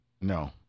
No